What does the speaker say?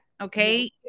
Okay